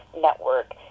Network